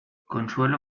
consuelo